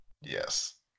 Yes